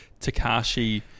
Takashi